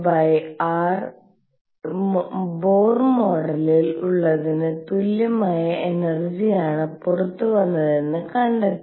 bore മോഡലിൽ ഉള്ളതിന് തുല്യമായ എനർജിയാണ് പുറത്തുവന്നതെന്ന് കണ്ടെത്തി